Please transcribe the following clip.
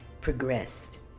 progressed